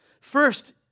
First